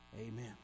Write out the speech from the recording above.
Amen